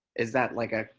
is that like a,